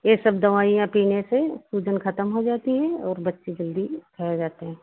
ये सब दवाइयाँ पीने से सूजन ख़त्म हो जाती है और बच्चे जल्दी हो जाते हैं